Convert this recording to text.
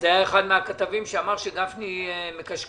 היה אחד מן הכתבים שאמר שגפני מקשקש,